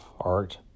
art